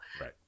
right